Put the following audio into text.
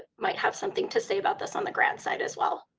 might have something to say about this on the grad side as well